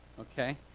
okay